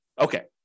okay